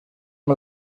amb